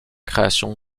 création